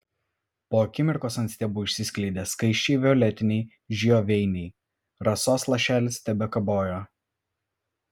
po akimirkos ant stiebų išsiskleidė skaisčiai violetiniai žioveiniai rasos lašelis tebekabojo